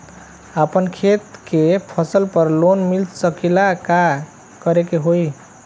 अपना खेत के फसल पर लोन मिल सकीएला का करे के होई?